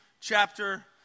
chapter